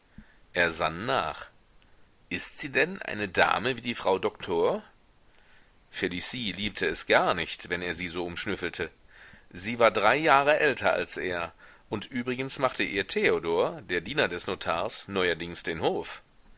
er sann nach ist sie denn eine dame wie die frau doktor felicie liebte es gar nicht wenn er sie so umschnüffelte sie war drei jahre älter als er und übrigens machte ihr theodor der diener des notars neuerdings den hof